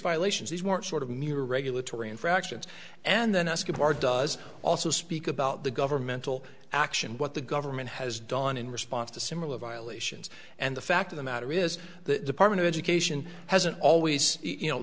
violations these weren't sort of new regulatory infractions and then ask of our does also speak about the governmental action what the government has done in response to similar violations and the fact of the matter is the part of education hasn't always you know